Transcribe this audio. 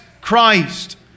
Christ